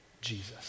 Jesus